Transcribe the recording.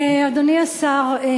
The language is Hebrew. אדוני השר,